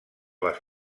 les